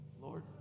Lord